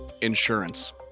Insurance